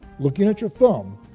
looking at your thumb,